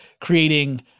creating